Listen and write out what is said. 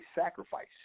sacrifice